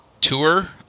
tour